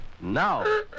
now